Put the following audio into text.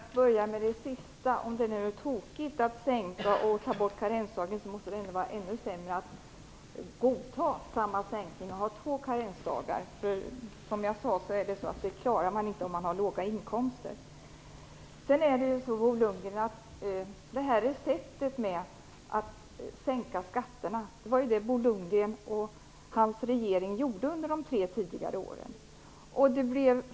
Herr talman! Jag börjar med det som sades sist. Om det är tokigt att sänka ersättningsnivån och ta bort karensdagen, måste det vara ännu sämre att godta samma sänkning och införa två karensdagar. Den som har låga inkomster klarar inte två karensdagar. Bo Lundgren och hans regering använde sig av receptet att sänka skatterna.